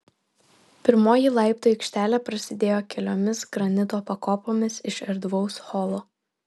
pirmoji laiptų aikštelė prasidėjo keliomis granito pakopomis iš erdvaus holo